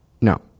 No